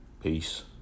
Peace